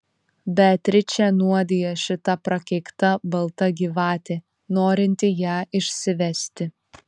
beatričę nuodija šita prakeikta balta gyvatė norinti ją išsivesti